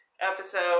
episode